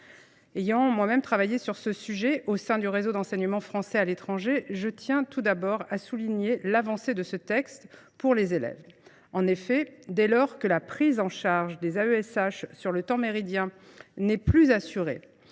Ayant beaucoup travaillé sur ce sujet au sein du réseau de l’enseignement français à l’étranger, je tiens tout d’abord à souligner l’avancée que comporte ce texte pour les élèves. En effet, dès lors que la prise en charge des AESH sur le temps méridien n’est plus assurée